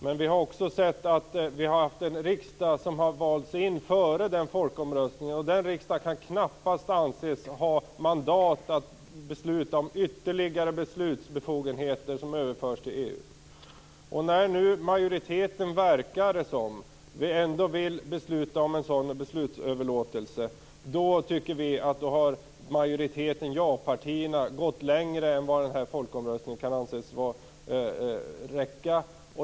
Men vi har också en riksdag som har valts in före den folkomröstningen, och den riksdagen kan knappast anses ha mandat att fatta beslut om ytterligare beslutsbefogenheter som överförs till EU. När det nu verkar som om majoriteten vill fatta beslut om en sådan beslutsöverlåtelse tycker vi att majoriteten - ja-partierna - gått längre än vad denna folkomröstning innebar.